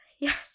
Yes